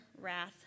wrath